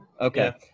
Okay